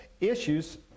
issues